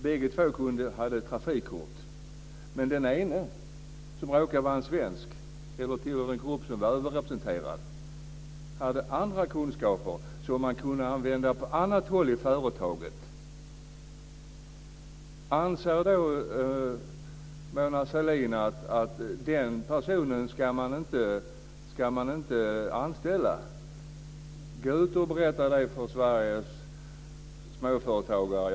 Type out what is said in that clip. Bägge har trafikkort. Men den ene, som råkar vara svensk eller tillhör en överrepresenterad grupp, har andra kunskaper som kan användas på annat håll i företaget. Ska den personen, Mona Sahlin, inte anställas? Berätta det för Sveriges småföretagare.